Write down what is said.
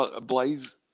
Blaze